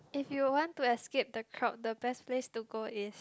if you want to escape the crowd the best place to go is